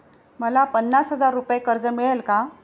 मला पन्नास हजार रुपये कर्ज मिळेल का?